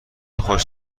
خوش